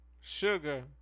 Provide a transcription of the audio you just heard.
Sugar